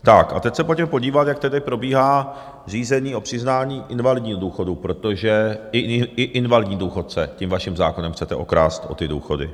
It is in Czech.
Tak a teď se pojďme podívat, jak tedy probíhá řízení o přiznání invalidního důchodu, protože i invalidní důchodce tím vaším zákonem chcete okrást o ty důchody.